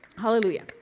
Hallelujah